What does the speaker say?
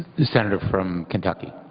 the senator from kentucky.